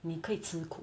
你可以吃苦